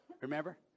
Remember